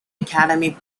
academy